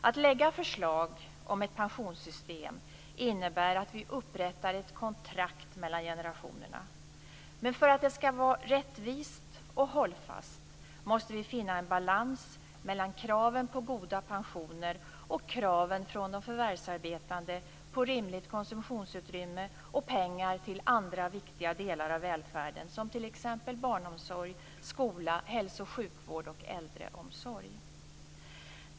Att lägga fram förslag om ett pensionssystem innebär att vi upprättar ett kontrakt mellan generationerna. Men för att det skall vara rättvist och hållfast måste vi finna en balans mellan kraven på goda pensioner och kraven från de förvärvsarbetande på rimligt konsumtionsutrymme och pengar till andra viktiga delar av välfärden som t.ex. barnomsorg, skola, hälso och sjukvård och äldreomsorg.